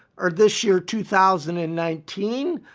or this year two thousand and nineteen,